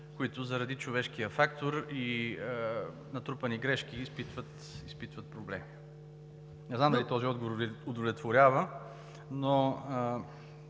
които заради човешкия фактор и натрупани грешки изпитват проблеми. Не знам дали този отговор Ви удовлетворява, но